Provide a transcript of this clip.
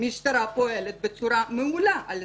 המשטרה פועלת בצורה מעולה בזה.